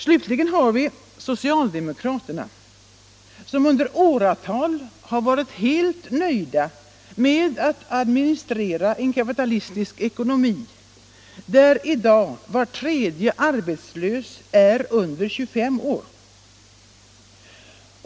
Slutligen har vi socialdemokraterna, som i åratal har varit helt nöjda med att administrera en kapitalistisk ekonomi där i dag var tredje arbetslös är under 25 år.